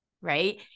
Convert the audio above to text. right